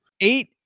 eight